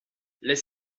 les